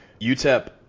UTEP